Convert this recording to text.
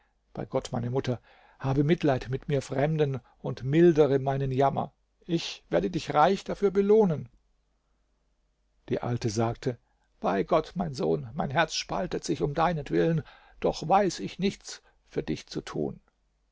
bei gott meine mutter habe mitleid mit mir fremden und mildere meinen jammer ich werde dich reich dafür belohnen die alte sagte bei gott mein sohn mein herz spaltet sich um deinetwillen doch weiß ich nichts für dich zu tun